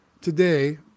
today